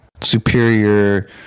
superior